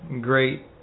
great